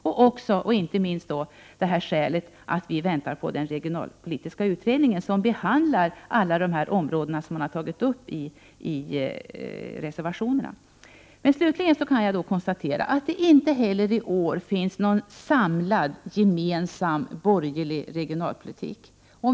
Ännu ett skäl är att vi väntar på den regionalpolitiska utredningen, som behandlar alla de områden som har tagits upp i reservationerna. Slutligen kan jag konstatera att det inte heller i år finns någon samlad gemensam borgerlig regionalpolitik.